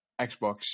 Xbox